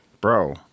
bro